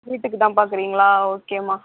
வீட்டுக்கு தான் பார்க்குறீங்களா ஓகேம்மா